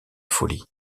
folie